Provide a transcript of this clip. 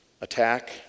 attack